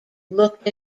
looked